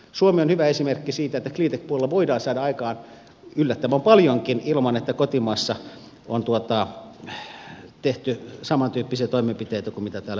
suomi on hyvä esimerkki siitä että cleantech puolella voidaan saada aikaan yllättävän paljonkin ilman että kotimaassa on tehty samantyyppisiä toimenpiteitä kuin mitä täällä välttämättä haetaan